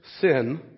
sin